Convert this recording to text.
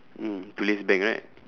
mm tulis bank right